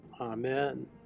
Amen